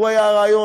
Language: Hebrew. הוא היה הרעיון,